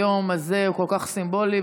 היום הזה הוא כל כך סימבולי,